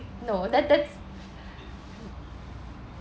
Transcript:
no that that's